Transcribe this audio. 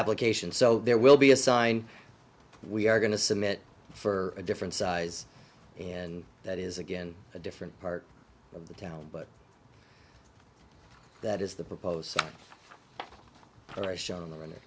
application so there will be a sign we are going to submit for a different size and that is again a different part of the town but that is the proposed are shown on the r